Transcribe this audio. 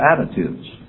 attitudes